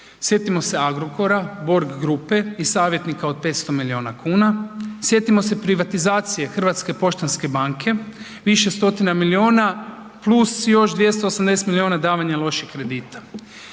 Sjetimo se Agrokora, Borg grupe i savjetnika od 500 miliona kuna, sjetimo se privatizacije HPB-a više stotina miliona plus još 280 miliona davanja loših kredita.